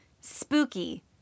Spooky